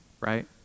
right